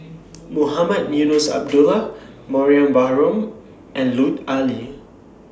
Mohamed Eunos Abdullah Mariam Baharom and Lut Ali